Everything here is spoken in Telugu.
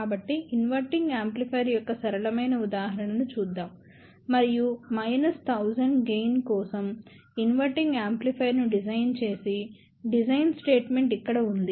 కాబట్టి ఇన్వర్టింగ్ యాంప్లిఫైయర్ యొక్క సరళమైన ఉదాహరణను చూద్దాం మరియు మైనస్ 1000 గెయిన్ కోసం ఇన్వర్టింగ్ యాంప్లిఫైయర్ను డిజైన్ చేసే డిజైన్ స్టేట్మెంట్ ఇక్కడ ఉంది